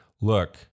look